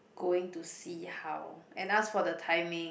going to see how and ask for the timing